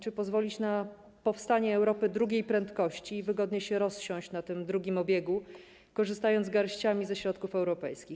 Czy pozwolić na powstanie Europy drugiej prędkości i wygodnie się rozsiąść na tym drugim obiegu, korzystając garściami ze środków europejskich?